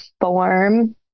form